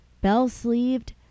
bell-sleeved